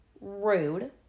rude